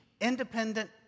independent